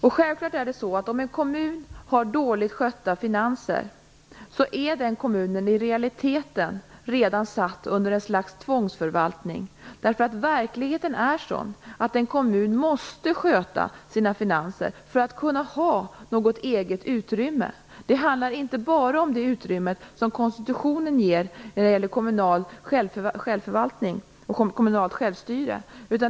Om en kommun har dåligt skötta finanser är den kommunen i realiteten redan satt under tvångsförvaltning. Verkligheten är sådan att en kommun måste sköta sina finanser för att kunna ha något eget utrymme. Det handlar inte bara om det utrymme som konstitutionen ger för kommunal självförvaltning och kommunalt självstyre.